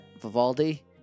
Vivaldi